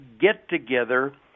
get-together